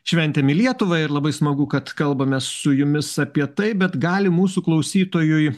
šventėm į lietuvą ir labai smagu kad kalbamės su jumis apie tai bet gali mūsų klausytojui